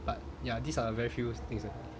but ya these are very few things I do